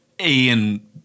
Ian